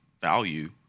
value